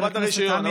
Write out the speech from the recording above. לטובת הרישיון.